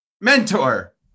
mentor